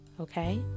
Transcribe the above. Okay